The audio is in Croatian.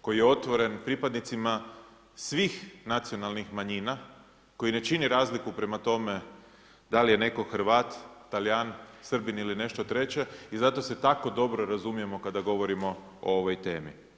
koji je otvoren pripadnicima svih nacionalnih manjina, koji ne čine razliku prema tome da li je netko Hrvat, Talijan, Srbin ili nešto treće i zato se tako dobro razumijemo kada govorimo o ovoj temi.